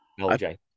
LJ